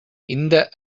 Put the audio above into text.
இந்த